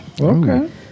Okay